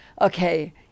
Okay